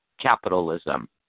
Capitalism